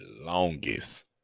longest